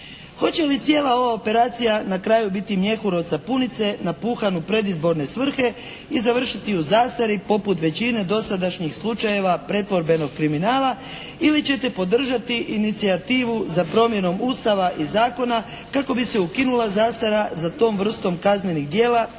Hoće li cijela ova operacija na kraju biti mjehur od sapunice napuhan u predizborne svrhe i završiti u zastari poput većine dosadašnjih slučajeva pretvorbenog kriminala ili ćete podržati inicijativu za promjenom Ustava i zakona kako bi se ukinula zastara za tom vrstom kaznenih djela